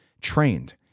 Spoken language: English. trained